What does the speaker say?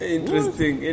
Interesting